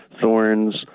thorns